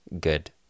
good